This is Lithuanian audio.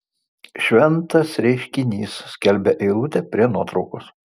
šventas reiškinys skelbia eilutė prie nuotraukos